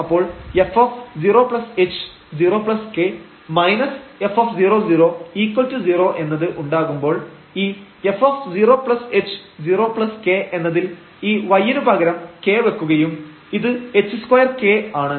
അപ്പോൾ f0h0k f000 എന്നത് ഉണ്ടാകുമ്പോൾ ഈ f0h0k എന്നതിൽ ഈ y നു പകരം k വെക്കുകയും ഇത് h2k ആണ്